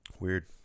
Weird